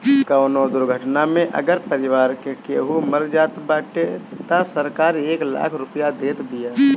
कवनो दुर्घटना में अगर परिवार के केहू मर जात बाटे तअ सरकार एक लाख रुपिया देत बिया